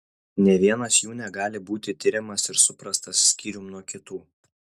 nė vienas jų negali būti tiriamas ir suprastas skyrium nuo kitų